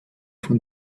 von